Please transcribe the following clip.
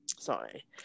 Sorry